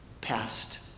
past